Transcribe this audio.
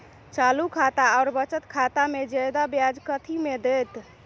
चालू खाता आओर बचत खातामे जियादा ब्याज कथी मे दैत?